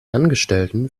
angestellten